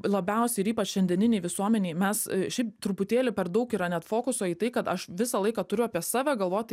labiausiai ir ypač šiandieninėj visuomenėj mes šiaip truputėlį per daug yra net fokuso į tai kad aš visą laiką turiu apie save galvoti